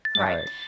right